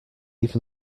even